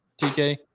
TK